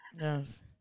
Yes